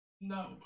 No